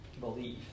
believe